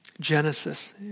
Genesis